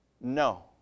no